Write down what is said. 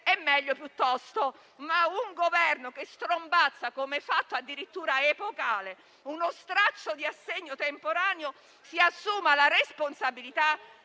è meglio piuttosto». Ma un Governo che strombazza come fatto addirittura epocale uno straccio di assegno temporaneo si assuma la responsabilità